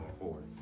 forward